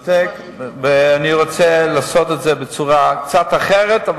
אני בודק ואני רוצה לעשות את זה בצורה קצת אחרת,